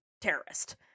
terrorist